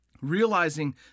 realizing